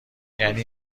یعنی